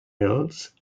mills